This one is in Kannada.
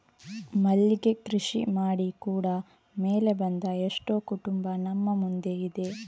ಮಲ್ಲಿಗೆ ಕೃಷಿ ಮಾಡಿ ಕೂಡಾ ಮೇಲೆ ಬಂದ ಎಷ್ಟೋ ಕುಟುಂಬ ನಮ್ಮ ಮುಂದೆ ಇದೆ